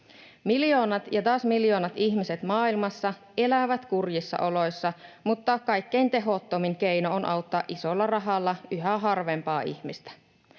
Miljoonat ja taas miljoonat ihmiset maailmassa elävät kurjissa oloissa, mutta kaikkein tehottomin keino on auttaa isolla rahalla yhä harvempaa ihmistä.